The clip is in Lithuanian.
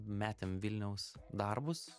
metėm vilniaus darbus